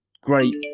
great